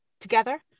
together